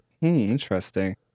interesting